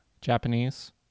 Japanese